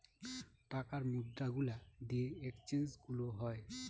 টাকার মুদ্রা গুলা দিয়ে এক্সচেঞ্জ গুলো হয়